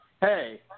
hey